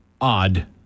odd